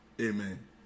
amen